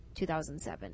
2007